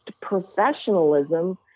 professionalism